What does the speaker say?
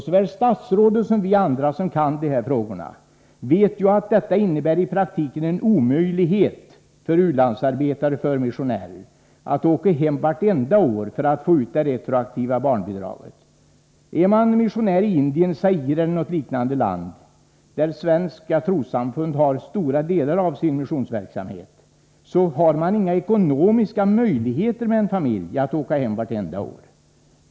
Såväl statsrådet som vi andra som kan de här frågorna vet ju att det i praktiken innebär en omöjlighet för u-landsarbetare och för missionärer att åka hem vartenda år för att få ut det retroaktiva barnbidraget. Är man missionär i Indien, Zaire eller något liknande land, där svenska trossamfund har stora delar av sin missionsverksamhet, så har man inga ekonomiska möjligheter att åka hem med en familj vartenda år.